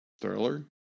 Thriller